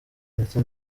ndetse